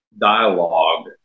dialogue